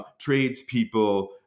tradespeople